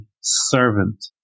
servant